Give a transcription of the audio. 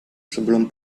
sebelum